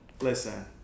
Listen